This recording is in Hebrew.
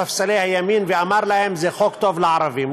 ספסלי הימין ואמר להם: זה חוק טוב לערבים.